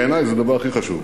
בעיני זה הדבר הכי חשוב,